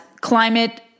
climate